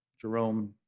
Jerome